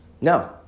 No